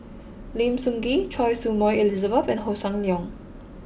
Lim Sun Gee Choy Su Moi Elizabeth and Hossan Leong